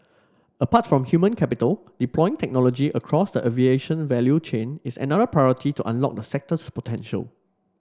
apart from human capital deploying technology across the aviation value chain is another priority to unlock the sector's potential